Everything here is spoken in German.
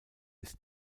ist